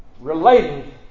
Related